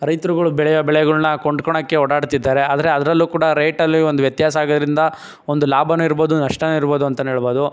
ರೈತರುಗಳು ಬೆಳೆವ ಬೆಳೆಗಳನ್ನ ಕೊಂಡ್ಕೊಳೋಕ್ಕೆ ಓಡಾಡ್ತಿದ್ದಾರೆ ಆದರೆ ಅದರಲ್ಲು ಕೂಡ ರೇಟಲ್ಲಿ ಒಂದು ವ್ಯತ್ಯಾಸ ಆಗಿರಿಂದ ಒಂದು ಲಾಭವೂ ಇರಬೋದು ನಷ್ಟವೂ ಇರಬೋದು ಅಂತೆಯೇ ಹೇಳ್ಬೌದು